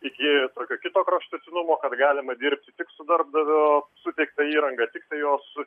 iki tokio kito kraštutinumo kad galima dirbti tik su darbdavio suteikta įranga tiktai jos